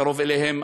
קרוב אליהם.